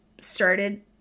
started